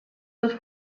dos